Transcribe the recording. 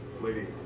Lady